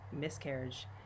miscarriage